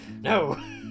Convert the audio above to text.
No